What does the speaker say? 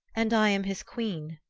and i am his queen.